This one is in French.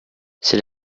c’est